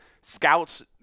Scouts